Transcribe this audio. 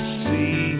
see